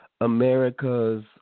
America's